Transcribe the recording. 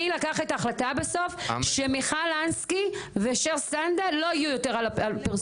מי לקח את ההחלטה שמיכל אנסקי ושיר סנדה לא יהיו יותר על הפוסטרים.